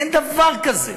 אין דבר כזה.